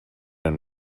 and